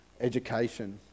education